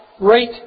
right